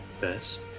best